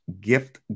gift